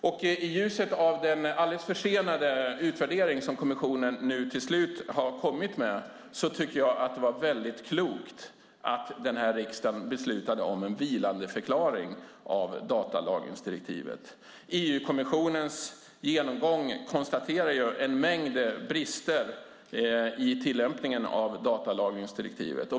I ljuset av den klart försenade utvärdering som kommissionen till slut har kommit med tycker jag att det var väldigt klokt att den här riksdagen beslutade om en vilandeförklaring av datalagringsdirektivet. I EU-kommissionens genomgång konstateras en mängd brister i tillämpningen av direktivet.